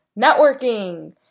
networking